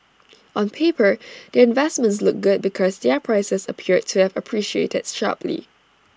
on paper their investments look good because their prices appeared to have appreciated sharply